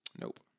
Nope